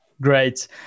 Great